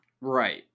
Right